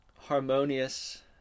harmonious